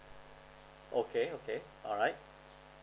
okay okay alright